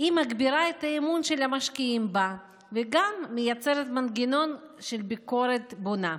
היא מגבירה את האמון של המשקיעים בה וגם מייצרת מנגנון של ביקורת בונה.